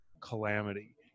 calamity